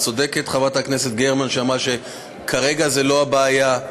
צודקת חברת הכנסת גרמן שאמרה שכרגע זו לא הבעיה.